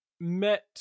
met